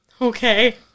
Okay